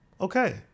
okay